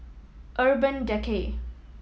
Urban Decay